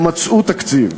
הם מצאו תקציב.